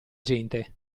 gente